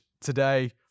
today